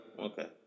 Okay